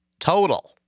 Total